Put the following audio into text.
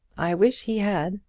i wish he had.